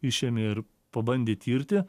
išėmė ir pabandė tirti